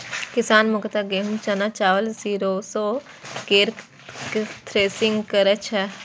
किसान मुख्यतः गहूम, चना, चावल, सरिसो केर थ्रेसिंग करै छै